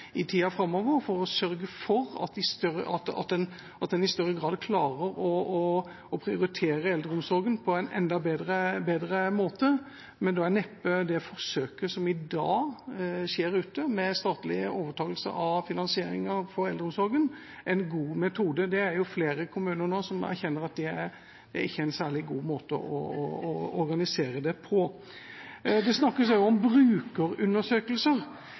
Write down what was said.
tida framover, for å sørge for at en i større grad klarer å prioritere eldreomsorgen på en enda bedre måte. Da er neppe det forsøket som i dag skjer, med statlig overtakelse av finansieringen av eldreomsorgen, en god metode. Det er flere kommuner nå som erkjenner at det ikke er en særlig god måte å organisere det på. Det snakkes også om brukerundersøkelser.